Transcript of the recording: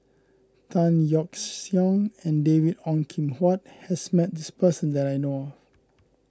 Tan Yeok Seong and David Ong Kim Huat has met this person that I know of